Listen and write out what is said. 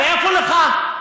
מאיפה לך?